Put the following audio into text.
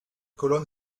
colonne